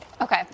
Okay